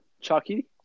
Chucky